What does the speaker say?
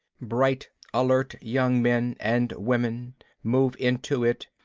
bright, alert young men and women move into it,